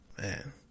man